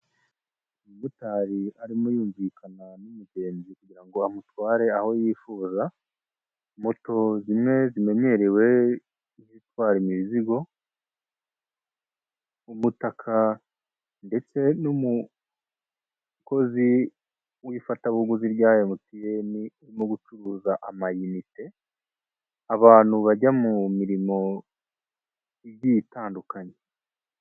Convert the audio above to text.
Umumotari arimo yumvikana n'umugenzi kugira ngo amutware aho yifuza, moto zimwe zimenyerewe nk'izitwara imizigo, umutaka ndetse n'umukozi w'ifatabuguzi rya MTN urimo gucuruza amayinite, abantu bajya mu mirimo igiye itandukanye.